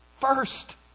First